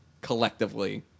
collectively